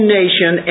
nation